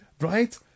right